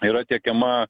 yra tiekiama